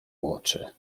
oczy